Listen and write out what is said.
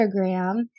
Instagram